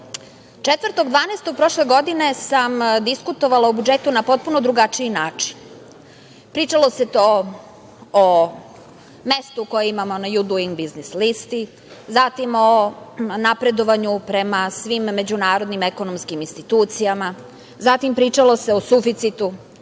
4.12. prošle godine sam diskutovala o budžetu na potpuno drugačiji način. Pričalo se o mestu koje imamo na „Ju duing biznis listi“, zatim o napredovanju prema svim međunarodnim ekonomskim institucijama, zatim pričalo se o suficitu,